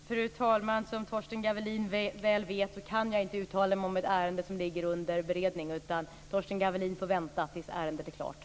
Fru talman! Som Torsten Gavelin väl vet kan jag inte uttala mig om ett ärende som är under beredning. Torsten Gavelin får vänta tills ärendet är klart.